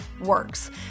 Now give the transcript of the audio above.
works